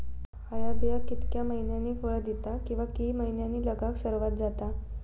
हया बिया कितक्या मैन्यानी फळ दिता कीवा की मैन्यानी लागाक सर्वात जाता?